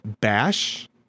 Bash